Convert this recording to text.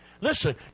Listen